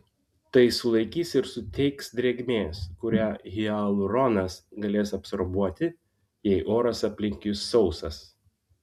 tai sulaikys ir suteiks drėgmės kurią hialuronas galės absorbuoti jei oras aplink jus sausas